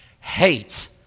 Hate